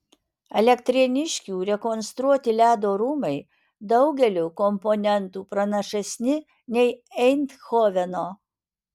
elektrėniškių rekonstruoti ledo rūmai daugeliu komponentų pranašesni nei eindhoveno